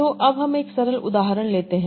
तो अब हम एक सरल उदाहरण लेते हैं